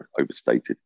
overstated